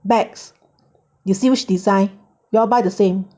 bags 有 same design you all buy the same